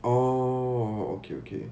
oh okay okay